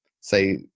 say